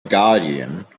guardian